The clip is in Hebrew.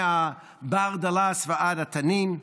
מהברדלס ועד התנין.